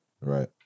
right